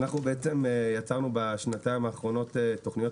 אנחנו בעצם יצרנו בשנתיים האחרונות תכניות